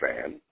fan